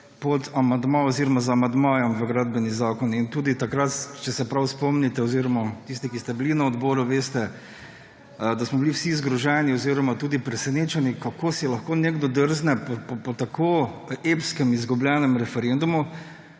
pod amandma oziroma z amandmajem v Gradbeni zakon. Tudi takrat, če se prav spomnite oziroma tisti, ki ste bili na odboru, veste, da smo bili vsi zgroženi oziroma tudi presenečeni, kako si lahko nekdo drzne po tako epsko izgubljenem referendumu